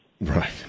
Right